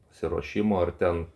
pasiruošimo ar ten